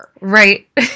Right